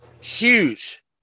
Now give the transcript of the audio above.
huge